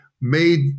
made